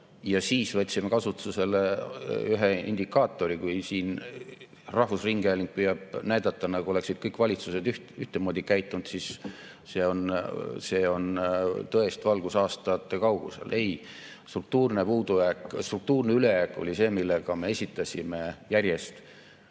Ja siis võtsime kasutusele ühe indikaatori. Kui rahvusringhääling püüab näidata, nagu oleksid kõik valitsused ühtemoodi käitunud, siis see on tõest valgusaastate kaugusel. Ei, struktuurne ülejääk oli see, millega me esitasime järjest